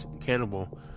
cannibal